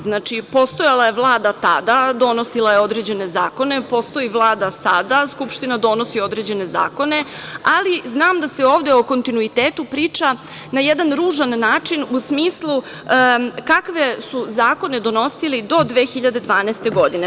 Znači, postojala je Vlada tada, donosila je određene zakone, postoji Vlada sada, Skupština donosi određene zakone, ali znam da se ovde o kontinuitetu priča na jedan ružan način, u smislu kakve su zakone donosili do 2012. godine.